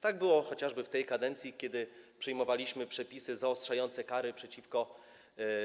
Tak było chociażby w tej kadencji, kiedy uchwalaliśmy przepisy zaostrzające kary za przestępstwa